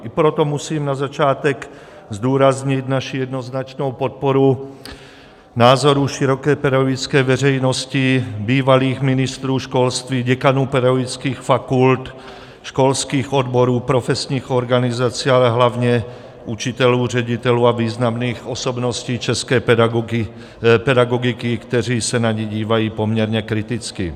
I proto musím na začátek zdůraznit naši jednoznačnou podporu názoru široké pedagogické veřejnosti, bývalých ministrů školství, děkanů pedagogických fakult, školských odborů, profesních organizací, ale hlavně učitelů, ředitelů a významných osobností české pedagogiky, kteří se na ni dívají poměrně kriticky.